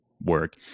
work